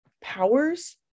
powers